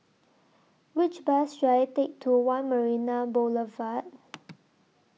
Which Bus should I Take to one Marina Boulevard